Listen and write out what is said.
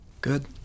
Good